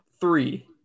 Three